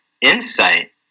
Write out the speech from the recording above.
insight